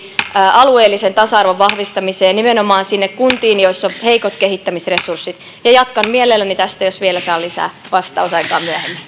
alueellisen tasa arvon vahvistamiseen nimenomaan niihin kuntiin joissa on heikot kehittämisresurssit ja jatkan mielelläni tästä jos vielä saan lisää vastausaikaa myöhemmin